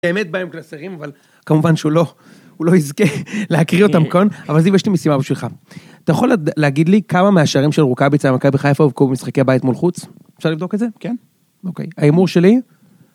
באמת בא עם קלסרים, אבל כמובן שהוא לא, הוא לא יזכה להקריא אותם כאן, אבל הנה יש לי משימה בשבילך. אתה יכול להגיד לי כמה מהשערים של רוקאביץ' על מכבי בחיפה ??? במשחקי הבית מול חוץ? אפשר לבדוק את זה? כן? אוקיי, ההימור שלי.